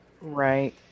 Right